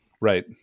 right